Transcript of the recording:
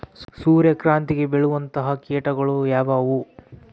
ಸೂರ್ಯಕಾಂತಿಗೆ ಬೇಳುವಂತಹ ಕೇಟಗಳು ಯಾವ್ಯಾವು?